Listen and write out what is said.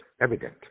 evident